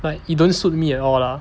like it don't suit me at all lah